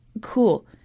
cool